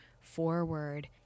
forward